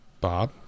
Bob